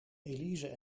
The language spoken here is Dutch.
elise